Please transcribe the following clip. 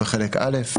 בחלק א'.